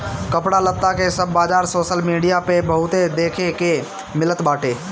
कपड़ा लत्ता के सब बाजार सोशल मीडिया पअ बहुते देखे के मिलत बाटे